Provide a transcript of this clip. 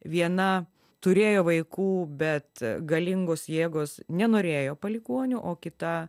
viena turėjo vaikų bet galingos jėgos nenorėjo palikuonių o kita